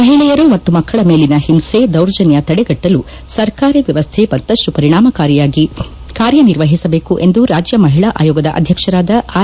ಮಹಿಳೆಯರು ಮತ್ತು ಮಕಳ ಮೇಲಿನ ಹಿಂಸೆ ದೌರ್ಜನ್ನ ತಡೆಗಟ್ಟಲು ಸರ್ಕಾರಿ ವ್ಯವಸ್ಥೆ ಮತ್ತಪ್ಪು ಪರಿಣಾಮಕಾರಿಯಾಗಿ ಕಾರ್ಯ ನಿರ್ವಹಿಸಬೇಕು ಎಂದು ರಾಜ್ಯ ಮಹಿಳಾ ಆಯೋಗದ ಅಧ್ಯಕ್ಷರಾದ ಆರ್